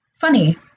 Funny